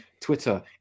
Twitter